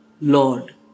Lord